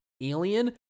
alien